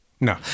No